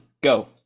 go